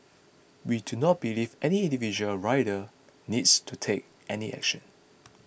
we do not believe any individual rider needs to take any action